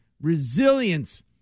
resilience